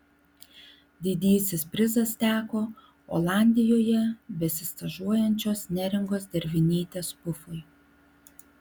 didysis prizas teko olandijoje besistažuojančios neringos dervinytės pufui